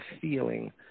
feeling